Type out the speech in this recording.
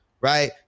right